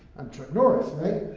i'm chuck norris, right?